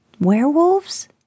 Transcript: Werewolves